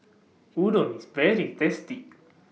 Udon IS very tasty